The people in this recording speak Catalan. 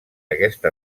aquesta